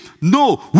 No